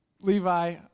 Levi